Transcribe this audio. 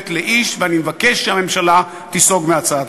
תועלת לאיש, ואני מבקש שהממשלה תיסוג מהצעתה.